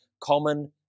common